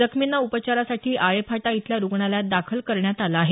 जखमींना उपचारासाठी आळे फाटा इथल्या रूग्णालयात दाखल करण्यात आले आहे